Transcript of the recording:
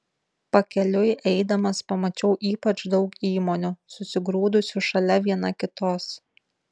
pakeliui eidamas pamačiau ypač daug įmonių susigrūdusių šalia viena kitos